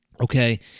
okay